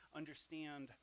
understand